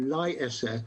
אולי עשרה,